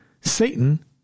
Satan